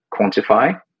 quantify